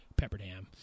pepperdam